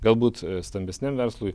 galbūt stambesniam verslui